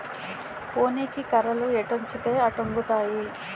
పోనీకి కర్రలు ఎటొంచితే అటొంగుతాయి